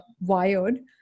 wired